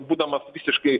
būdamas visiškai